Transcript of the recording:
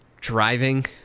driving